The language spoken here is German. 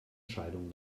scheidung